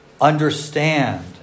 Understand